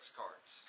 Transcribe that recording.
cards